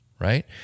Right